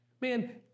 Man